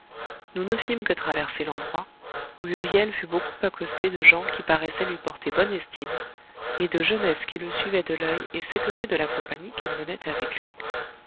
nous ne fîmes que traverser l'endroit où huriel fut beaucoup accosté de gens qui paraissaient lui porter bonne estime et de jeunesses qui le suivaient de l'oeil et s'étonnaient de la compagnie qu'il menait avec lui